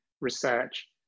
research